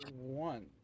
one